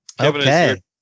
Okay